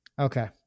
Okay